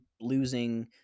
losing